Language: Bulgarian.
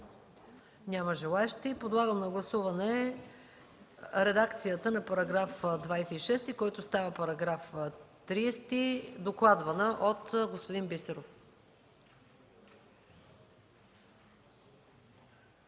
Няма желаещи. Подлагам на гласуване редакцията на § 26, който става § 30, докладвана от господин Бисеров.